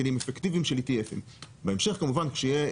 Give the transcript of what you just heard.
בכלים אפקטיביים של ETF. בהמשך כמובן כשיהיו